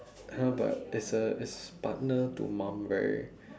!huh! ya but it's a it's partner to mum very